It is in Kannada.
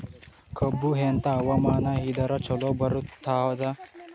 ಕಬ್ಬು ಎಂಥಾ ಹವಾಮಾನ ಇದರ ಚಲೋ ಬರತ್ತಾದ?